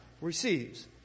receives